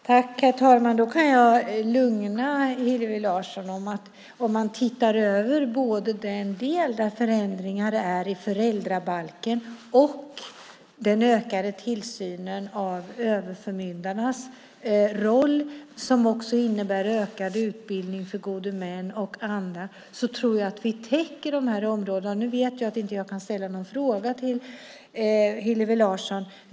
Herr talman! Då kan jag lugna Hillevi Larsson. Om man tittar över både förändringarna i föräldrabalken och den ökade tillsynen av överförmyndarnas roll, som också innebär ökad utbildning för gode män och andra tror jag att vi täcker de här områdena. Nu vet jag att jag inte kan ställa någon fråga till Hillevi Larsson.